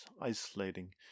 isolating